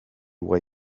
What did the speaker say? why